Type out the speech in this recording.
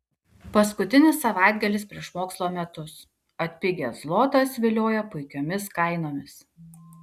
paskutinis savaitgalis prieš mokslo metus atpigęs zlotas vilioja puikiomis kainomis